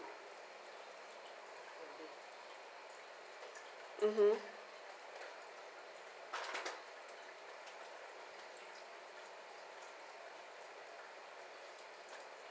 mmhmm